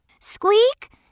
Squeak